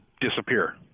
disappear